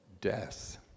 Death